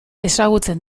ezagutzen